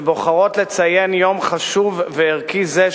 שבוחרות לציין יום חשוב וערכי זה,